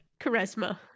charisma